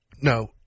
No